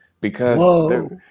because-